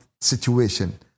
situation